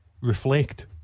reflect